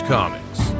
Comics